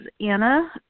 Anna